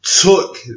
took